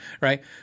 Right